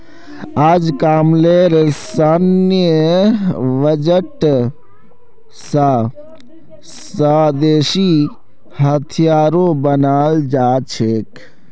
अजकामलेर सैन्य बजट स स्वदेशी हथियारो बनाल जा छेक